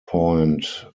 point